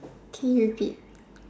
can you repeat